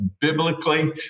biblically